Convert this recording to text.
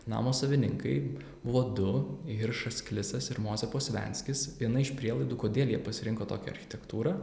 namo savininkai buvo du hiršas klisas ir mozė posvianskis viena iš prielaidų kodėl jie pasirinko tokią architektūrą